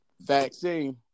Vaccine